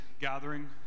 gathering